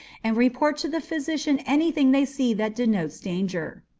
and report to the physician any thing they see that denotes danger.